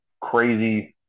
crazy